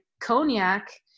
Cognac